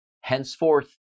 Henceforth